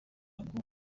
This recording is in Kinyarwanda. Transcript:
ngo